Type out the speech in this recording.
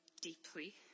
deeply